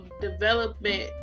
development